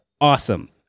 awesome